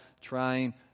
trying